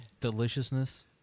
deliciousness